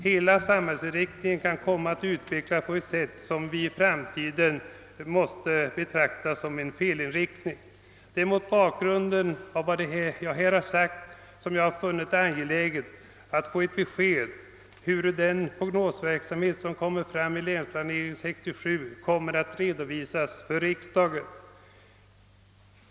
Hela samhällsutvecklingen kan komma att inriktas på ctt sätt som vi i framtiden kommer att betrakta som felaktigt. Det är mot bakgrunden av detta som jag funnit det vara angeläget att få ctt besked om hur den prognosverksamhet som kommer fram i »länsplanering 67» kommer att redovisas för riksdagen.